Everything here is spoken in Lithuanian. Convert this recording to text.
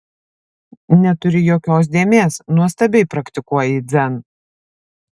neturi jokios dėmės nuostabiai praktikuoji dzen